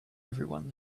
everyone